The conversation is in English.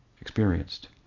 experienced